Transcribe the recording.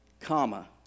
comma